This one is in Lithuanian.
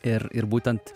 ir ir būtent